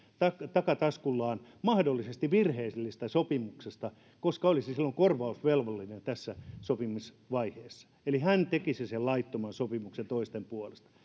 takataskullaan mahdollisesti virheellisestä sopimuksesta koska hän olisi silloin korvausvelvollinen tässä sopimisvaiheessa eli hän tekisi sen laittoman sopimuksen toisten puolesta